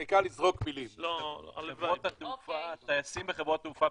כדי לסגור את הצווים,